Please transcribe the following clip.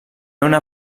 una